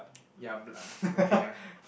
ya bl~ okay ah